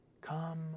come